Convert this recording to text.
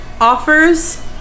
offers